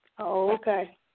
Okay